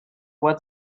what